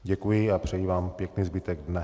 Děkuji a přeji vám pěkný zbytek dne.